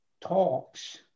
talks